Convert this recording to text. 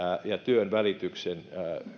ja työnvälityksen